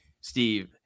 Steve